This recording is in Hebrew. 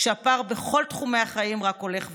כשהפער בכל תחומי החיים רק הולך וגדל.